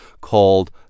called